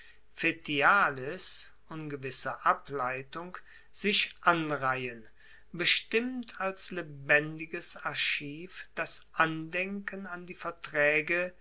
ableitung sich anreihen bestimmt als lebendiges archiv das andenken an die vertraege